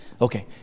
Okay